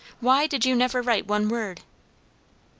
why did you never write one word?